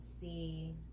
see